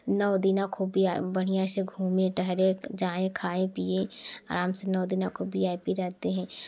नौ दिन खूब ही बढ़िया से घूमें टहलें जाएँ खाएँ पिएँ आराम से नौ दिन खूब वी आई पी रहते हैं